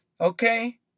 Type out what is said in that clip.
okay